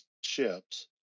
ships